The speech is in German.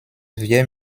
wir